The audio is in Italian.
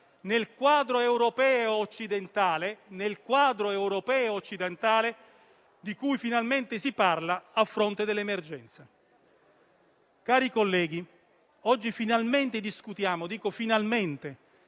nel quadro europeo occidentale, di cui finalmente si parla a fronte dell'emergenza. Cari colleghi, oggi finalmente discutiamo in modo